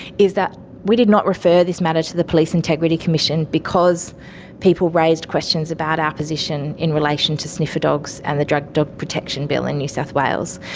is that we did not refer this matter to the police integrity commission because people raised questions about our position in relation to sniffer dogs and the drug dog protection bill in new south wales.